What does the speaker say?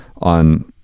on